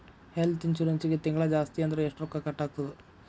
ಹೆಲ್ತ್ಇನ್ಸುರೆನ್ಸಿಗೆ ತಿಂಗ್ಳಾ ಜಾಸ್ತಿ ಅಂದ್ರ ಎಷ್ಟ್ ರೊಕ್ಕಾ ಕಟಾಗ್ತದ?